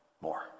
More